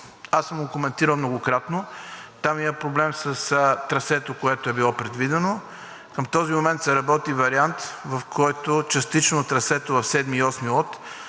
Лот съм го коментирал, многократно. Там има проблем с трасето, което е било предвидено. Към този момент се работи вариант, в който частично трасето в Лот 7 и 8